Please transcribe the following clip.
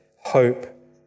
hope